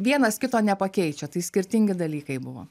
vienas kito nepakeičia tai skirtingi dalykai buvo